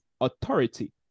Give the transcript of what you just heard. authority